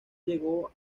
llegó